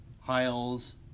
Hiles